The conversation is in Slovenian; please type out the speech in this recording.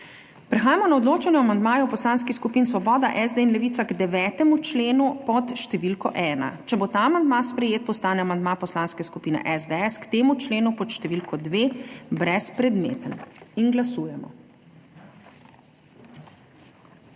Prehajamo na odločanje o amandmaju poslanskih skupin Svoboda, SD in Levica k 9. členu pod številko 1. Če bo ta amandma sprejet, postane amandma Poslanske skupine SDS k temu členu pod številko 2 brezpredmeten. Glasujemo.